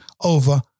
over